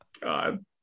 god